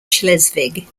schleswig